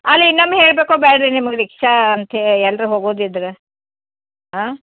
ಅಲ್ಲಿ ಇನ್ನೊಮ್ಮೆ ಹೇಳ್ಬೇಕೋ ಬ್ಯಾಡ್ರಿ ನಿಮಗೆ ರೀಕ್ಷಾ ಅಂತೇ ಎಲ್ಲರು ಹೋಗುದಿದ್ರೆ ಹಾಂ